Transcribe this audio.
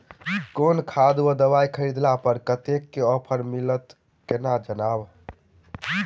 केँ खाद वा दवाई खरीदला पर कतेक केँ ऑफर मिलत केना जानब?